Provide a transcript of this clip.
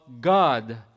God